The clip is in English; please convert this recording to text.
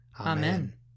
Amen